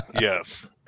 Yes